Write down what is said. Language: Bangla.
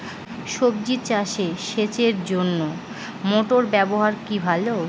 সবজি চাষে সেচের জন্য মোটর ব্যবহার কি ভালো?